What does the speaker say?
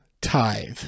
tithe